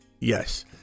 Yes